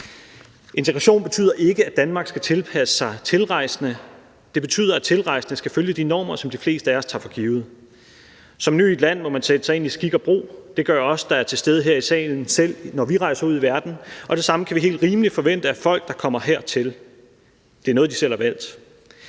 Integration betyder ikke, at Danmark skal tilpasse sig tilrejsende. Det betyder, at tilrejsende skal følge de normer, som de fleste af os tager for givet. Som ny i et land må man sætte sig ind i skik og brug. Det gør os, der er til stede her i salen selv, når vi rejser ud i verden, og det samme kan vi helt rimeligt forvente af folk, der kommer hertil; det er noget, de selv har valgt.